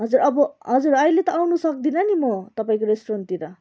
हजुर अब हजुर अहिले त आउनु सक्दिनँ नि म तपाईँको रेस्टुरेन्टतिर